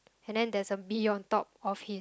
and then there's a bee on top of he